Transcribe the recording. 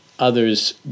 others